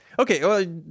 okay